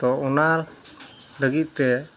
ᱛᱚ ᱚᱱᱟ ᱞᱟᱹᱜᱤᱫᱛᱮ